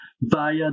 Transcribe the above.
via